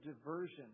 diversion